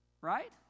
Right